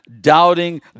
doubting